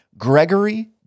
Gregory